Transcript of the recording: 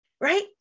right